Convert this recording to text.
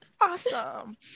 Awesome